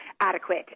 adequate